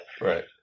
Right